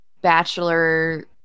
bachelor